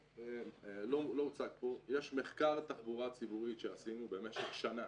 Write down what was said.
לא הוצג כאן אבל יש מחקר תחבורה ציבורית שעשינו במשך שנה.